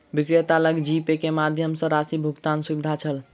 विक्रेता लग जीपे के माध्यम सॅ राशि भुगतानक सुविधा छल